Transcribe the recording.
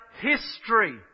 history